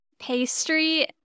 pastry